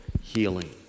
healing